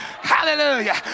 Hallelujah